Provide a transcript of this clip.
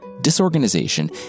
disorganization